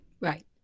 Right